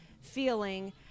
feeling